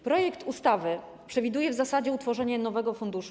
Projekt ustawy przewiduje w zasadzie utworzenie nowego funduszu.